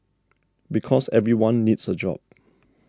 because everyone needs a job